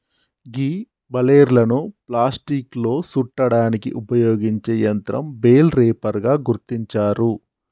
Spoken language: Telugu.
గీ బలేర్లను ప్లాస్టిక్లో సుట్టడానికి ఉపయోగించే యంత్రం బెల్ రేపర్ గా గుర్తించారు